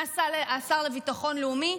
מה עשה השר לביטחון לאומי?